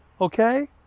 okay